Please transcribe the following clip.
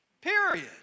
Period